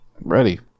Ready